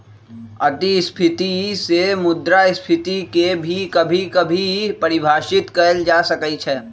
अतिस्फीती से मुद्रास्फीती के भी कभी कभी परिभाषित कइल जा सकई छ